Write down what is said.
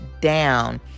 down